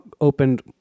opened